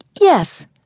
Yes